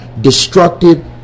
destructive